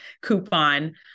coupon